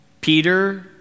Peter